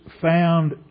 found